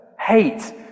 hate